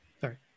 sorry